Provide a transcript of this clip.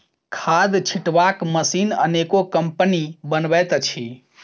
खाद छिटबाक मशीन अनेको कम्पनी बनबैत अछि